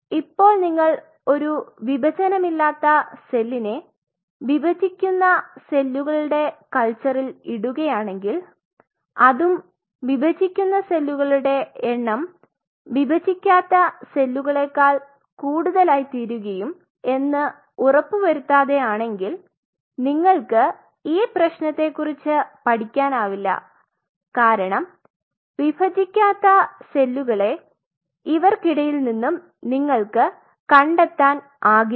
ഇപ്പോൾ നിങ്ങൾ ഒരു വിഭജനമില്ലാത്ത സെല്ലിനെ വിഭജിക്കുന്ന സെല്ലുകളുടെ കൽച്ചറിൽ ഇടുകയാണെങ്കിൽ അതും വിഭജിക്കുന്ന സെല്ലുകളുടെ എണ്ണം വിഭജിക്കാത്ത സെല്ലുകളെക്കാൾ കൂടുതലായിത്തീരുകയും എന്ന് ഉറപ്പുവരുത്താതെ ആണെങ്കിൽ നിങ്ങൾക് ഈ പ്രേശ്നത്തെ കുറിച് പഠിക്കാനാവില്ല കാരണം വിഭജിക്കാത്ത സെല്ലുകളെ ഇവർക്കിടയിൽനിന്നും നിങ്ങൾക് കണ്ടെത്താൻ ആകില്ല